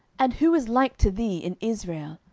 and who is like to thee in israel?